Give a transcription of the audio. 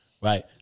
Right